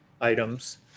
items